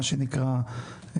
מה שנקרא,